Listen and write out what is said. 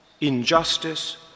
injustice